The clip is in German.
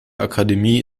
akademie